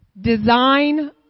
Design